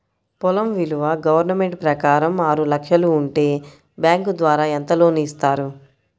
పొలం విలువ గవర్నమెంట్ ప్రకారం ఆరు లక్షలు ఉంటే బ్యాంకు ద్వారా ఎంత లోన్ ఇస్తారు?